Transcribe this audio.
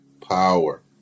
power